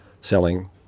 selling